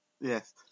Yes